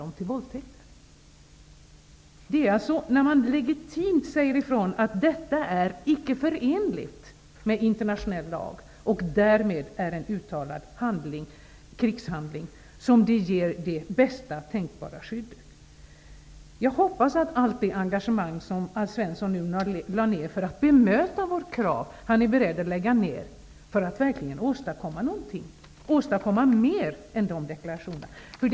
Det bästa tänkbara skyddet ges genom att man lagligen föreskriver att detta inte är förenligt med internationell lag och därmed är en uttalad krigshandling. Jag hoppas att Alf Svensson är beredd att uppbringa allt det engagemang som han nu lagt ned för att bemöta vårt krav för att i stället verkligen åstadkomma något mer än de gjorda deklarationerna.